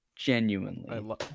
Genuinely